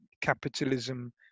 capitalism